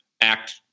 act